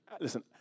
Listen